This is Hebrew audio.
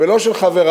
ולא של חברי.